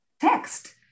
text